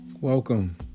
Welcome